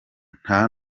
nta